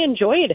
enjoyed